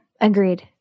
Agreed